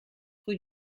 rue